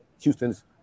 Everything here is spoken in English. Houston's